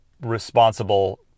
responsible